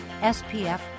SPF